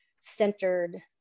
centered